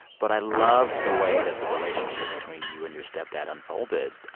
but i loved the way that the relationship between you and your stepdad unfolded.